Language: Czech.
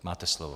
Máte slovo.